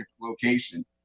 location